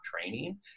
training